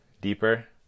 Deeper